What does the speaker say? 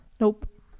nope